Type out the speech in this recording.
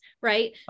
right